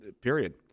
period